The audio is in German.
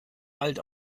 alt